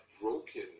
broken